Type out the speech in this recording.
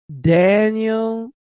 Daniel